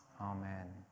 Amen